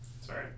sorry